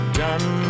done